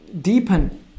deepen